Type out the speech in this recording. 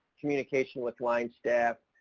communication with line staff,